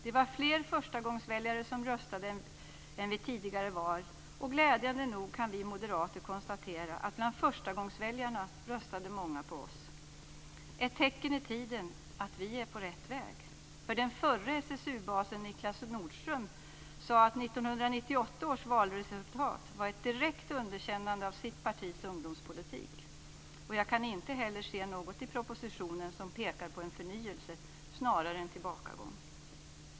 Det var fler förstagångsväljare som röstade än vid tidigare val, och glädjande nog kan vi moderater konstatera att många av förstagångsväljarna röstade på oss. Det är ett tecken i tiden. Vi är på rätt väg. Den förre SSU-basen Niklas Nordström sade att 1998 års valresultat var ett direkt underkännande av hans partis ungdomspolitik. Jag kan inte heller se något i propositionen som pekar på en förnyelse. Snarare ser vi en tillbakagång.